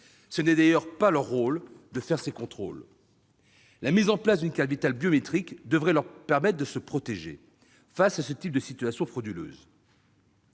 rôle n'est d'ailleurs pas d'effectuer des contrôles. La mise en place d'une carte Vitale biométrique devrait leur permettre de se protéger face à ce type de situations frauduleuses.